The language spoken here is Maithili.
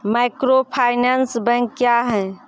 माइक्रोफाइनेंस बैंक क्या हैं?